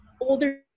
older